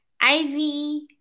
Ivy